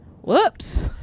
whoops